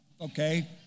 Okay